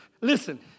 Listen